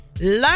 learn